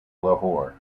lahore